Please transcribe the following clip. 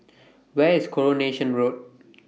Where IS Coronation Road